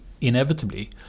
inevitably